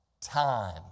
time